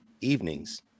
evenings